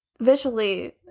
visually